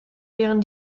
wären